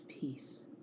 peace